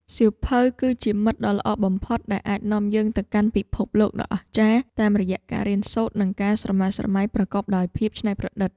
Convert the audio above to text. សៀវភៅ គឺជាមិត្តដ៏ល្អបំផុតដែលអាចនាំយើងទៅកាន់ពិភពលោកដ៏អស្ចារ្យតាមរយៈការរៀនសូត្រ និងការស្រមើស្រមៃប្រកបដោយភាពច្នៃប្រឌិត។